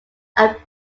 are